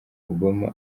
obama